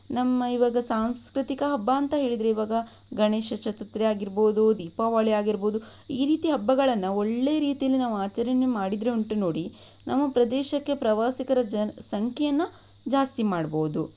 ನಮ್ಮ ಇವಾಗ ಸಾಂಸ್ಕೃತಿಕ ಹಬ್ಬ ಅಂತ ಹೇಳಿದರೆ ಇವಾಗ ಗಣೇಶ ಚತುರ್ಥಿ ಆಗಿರಬಹುದು ದೀಪಾವಳಿ ಆಗಿರಬಹುದು ಈ ರೀತಿಯ ಹಬ್ಬಗಳನ್ನು ಒಳ್ಳೆಯ ರೀತಿಯಲ್ಲಿ ನಾವು ಆಚರಣೆ ಮಾಡಿದರೆ ಉಂಟು ನೋಡಿ ನಮ್ಮ ಪ್ರದೇಶಕ್ಕೆ ಪ್ರವಾಸಿಗರ ಜ ಸಂಖ್ಯೆಯನ್ನು ಜಾಸ್ತಿ ಮಾಡಬಹುದು